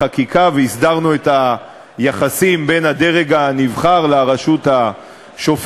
החקיקה ולא הסדרנו את היחסים בין הדרג הנבחר לרשות השופטת.